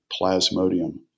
plasmodium